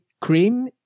Cream